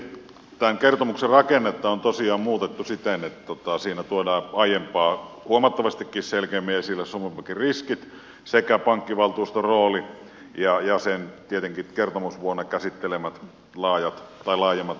tämän kertomuksen rakennetta on tosiaan muutettu siten että siinä tuodaan aiempaa huomattavastikin selkeämmin esille suomen pankin riskit sekä pankkivaltuuston rooli ja sen tietenkin kertomusvuonna käsittelemät laajemmat asiakokonaisuudet